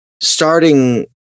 Starting